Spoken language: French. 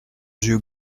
yeux